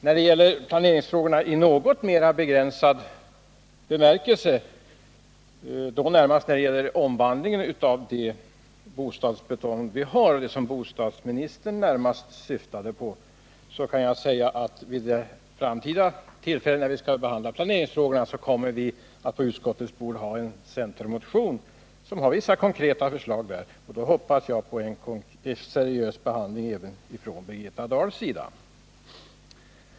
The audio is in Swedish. När det gäller planeringsfrågorna i mer begränsad bemärkelse — närmast frågan om omvandlingen av det bostadsbestånd vi har, den fråga som bostadsministern framför allt åsyftade — kan jag säga att vi, när vi skall behandla dessa frågor, på utskottets bord kommer att ha en centermotion som innehåller vissa konkreta förslag. Jag hoppas på att vi då får en seriös behandling av den motionen även från Birgitta Dahls sida.